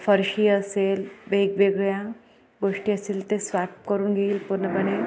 फरशी असेल वेगवेगळ्या गोष्टी असतील त्या स्वॅप करून घेईल पूर्णपणे